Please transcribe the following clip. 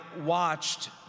watched